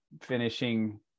finishing